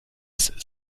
ist